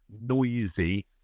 noisy